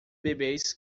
bebês